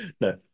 No